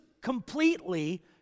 completely